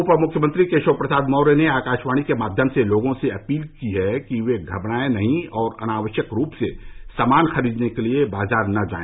उपमुख्यमंत्री केशव प्रसाद मौर्य ने आकाशवाणी के माध्यम से लोगों से अपील की है कि वे घबराएं नहीं और अनावश्यक रूप से सामान खरीदने के लिए बाजार न जाए